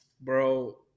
bro